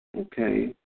Okay